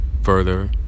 further